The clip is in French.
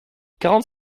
quarante